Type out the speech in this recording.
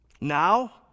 Now